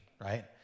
right